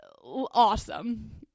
Awesome